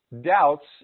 doubts